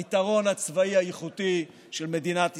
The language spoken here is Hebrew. היתרון הצבאי האיכותי של מדינת ישראל.